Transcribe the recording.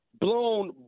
Blown